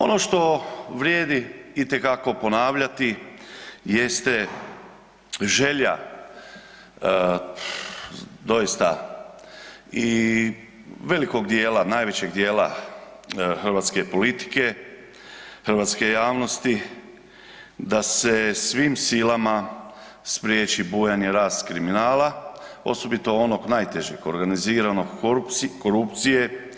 Ono što vrijedi itekako ponavljati jeste želja doista i velikog dijela, najvećeg dijela hrvatske politike i hrvatske javnosti da se svim silama spriječi bujanje i rast kriminala osobito onog najtežeg organiziranog korupcije.